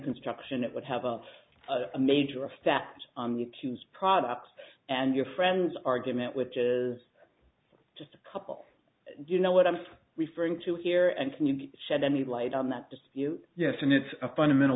construction it would have a a major effect on the tos products and your friend's argument which is just a couple do you know what i'm referring to here and can you shed any light on that dispute yes and it's a fundamental